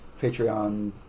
Patreon